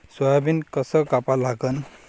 Soybean कस कापा लागन?